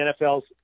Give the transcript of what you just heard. NFL's